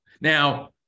Now